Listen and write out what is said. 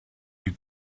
you